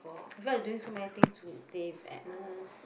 I feel like doing so many things today Agnes